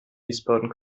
wiesbaden